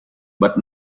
but